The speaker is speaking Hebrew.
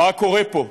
מה קורה פה?